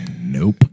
nope